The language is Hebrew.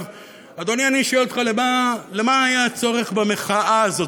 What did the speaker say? אדוני, אני שואל אותך, למה היה צורך במחאה הזאת?